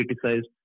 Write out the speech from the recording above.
criticized